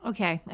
Okay